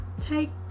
take